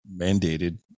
mandated